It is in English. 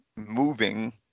Moving